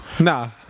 Nah